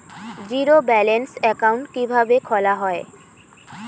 Zero balance account কিভাবে খোলা হয়?